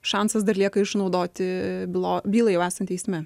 šansas dar lieka išnaudoti byla bylai jau esant teisme